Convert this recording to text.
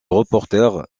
reporter